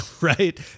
right